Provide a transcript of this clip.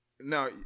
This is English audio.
Now